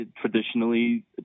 traditionally